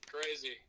crazy